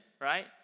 right